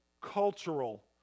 cultural